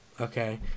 Okay